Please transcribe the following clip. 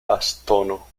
bastono